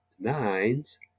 Nines